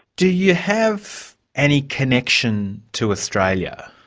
do you have any connection to australia?